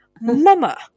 Mama